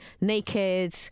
naked